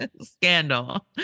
scandal